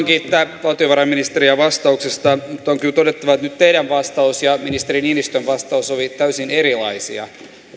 kiittää valtiovarainministeriä vastauksista nyt on kyllä todettava että teidän vastauksenne ja ministeri niinistön vastaus olivat täysin erilaisia niin